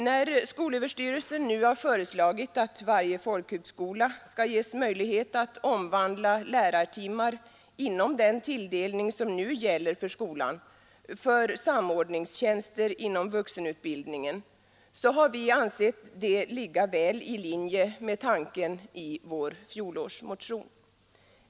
När skolöverstyrelsen nu har föreslagit att varje folkhögskola skall ges möjlighet att omvandla lärartimmar inom den tilldelning som gäller för skolan för samordningstjänster inom vuxenutbildningen, har vi ansett det ligga väl i linje med tanken i vår fjolårsmotion.